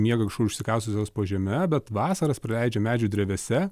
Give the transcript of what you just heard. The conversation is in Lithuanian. miega kažkur užsikasusios po žeme bet vasaras praleidžia medžių drevėse